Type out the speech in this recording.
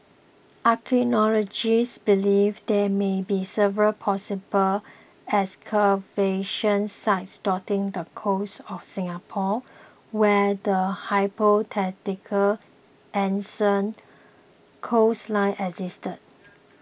archaeologists believe there may be several possible excavation sites dotting the coast of Singapore where the hypothetical ancient coastline existed